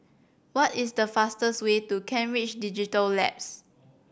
what is the fastest way to Kent Ridge Digital Labs